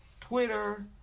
twitter